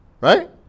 Right